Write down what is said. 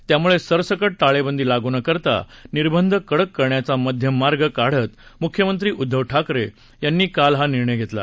त्यामुळे सरसकट टाळेबंदी लागू न करता निर्बंध कडक करण्याचा मध्यम मार्ग काढत मुख्यमंत्री उद्धव ठाकरे यांनी काल हा निर्णय घेतला